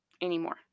anymore